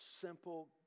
simple